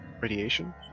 radiation